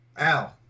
Ow